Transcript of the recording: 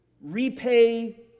Repay